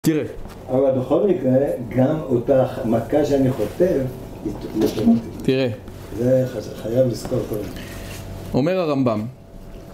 תראה אבל בכל מקרה, גם אותה מכה שאני חוטף, היא תראה זה חייב לזכור קודם אומר הרמב״ם